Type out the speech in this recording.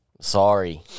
Sorry